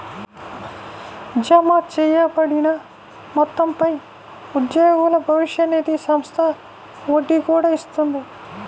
జమచేయబడిన మొత్తంపై ఉద్యోగుల భవిష్య నిధి సంస్థ వడ్డీ కూడా ఇస్తుంది